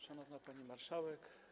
Szanowna Pani Marszałek!